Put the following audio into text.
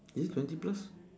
is it twenty plus